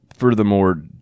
Furthermore